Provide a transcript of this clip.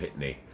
Pitney